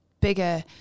bigger